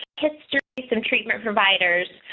histories and treatment providers.